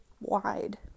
wide